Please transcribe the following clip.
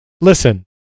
Listen